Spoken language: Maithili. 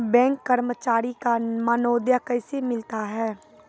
बैंक कर्मचारी का मानदेय कैसे मिलता हैं?